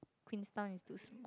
Queenstown is too small